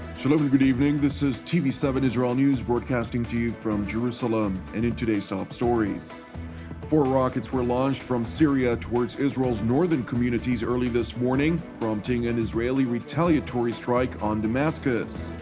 shalom and good evening, this is t v seven israel news broadcasting to you from jerusalem and in today's top stories four rockets were launched from syria towards israel's northern communities early this prompting an israeli retaliatory strike on damascus.